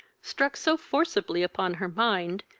struck so forcibly upon her mind,